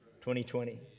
2020